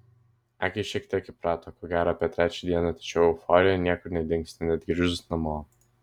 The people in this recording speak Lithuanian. akys šiek tiek įprato ko gero apie trečią dieną tačiau euforija niekur nedingsta net grįžus namo